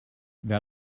wer